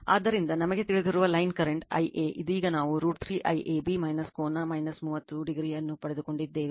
ಆದ್ದರಿಂದ ನಮಗೆ ತಿಳಿದಿರುವ ಲೈನ್ ಕರೆಂಟ್ Ia ಇದೀಗ ನಾವು √ 3 IAB ಕೋನ 30o ಅನ್ನು ಪಡೆದುಕೊಂಡಿದ್ದೇವೆ